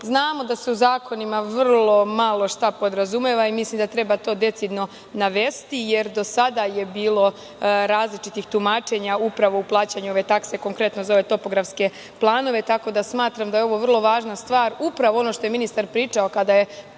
Znamo, da se u zakonima vrlo malo šta podrazumeva i mislim da to treba decidno navesti, jer do sada je bilo različitih tumačenja, upravo u plaćanju ove takse, konkretno za ove topografske planove. Tako da, smatram da je ovo vrlo važna stvar. Upravo ono što je ministar pričao kada je